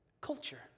culture